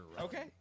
Okay